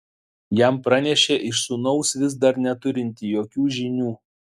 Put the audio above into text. jam pranešė iš sūnaus vis dar neturinti jokių žinių